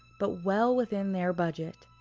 but well within their budget.